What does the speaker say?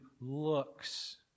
looks